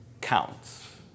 counts